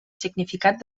significat